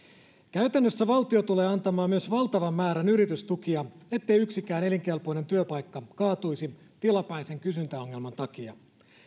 käytännössä valtio tulee antamaan myös valtavan määrän yritystukia ettei yksikään elinkelpoinen työpaikka kaatuisi tilapäisen kysyntäongelman takia